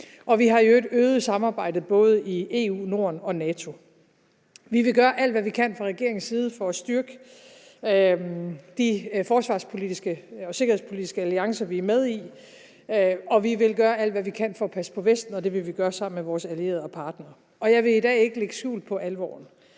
Vi har i øvrigt øget samarbejdet både i EU, Norden og NATO. Vi vil gøre alt, hvad vi kan fra regeringens side for at styrke de forsvarspolitiske og sikkerhedspolitiske alliancer, vi er med i, og vi vil gøre alt, hvad vi kan for at passe på Vesten, og det vil vi gøre sammen med vores allierede og partnere. Jeg vil i dag ikke lægge skjul på alvoren.